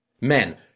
Men